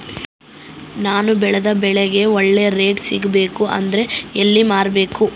ನಾನು ಬೆಳೆದ ಬೆಳೆಗೆ ಒಳ್ಳೆ ರೇಟ್ ಸಿಗಬೇಕು ಅಂದ್ರೆ ಎಲ್ಲಿ ಮಾರಬೇಕು?